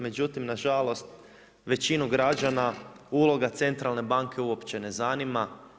Međutim, na žalost većinu građana uloga centralne banke uopće ne zanima.